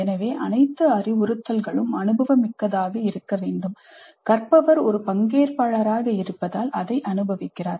எனவே அனைத்து அறிவுறுத்தல்களும் அனுபவமிக்கதாக இருக்க வேண்டும் கற்பவர் ஒரு பங்கேற்பாளராக இருப்பதால் அதை அனுபவிக்கிறார்